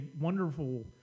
wonderful